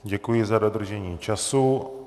Děkuji za dodržení času.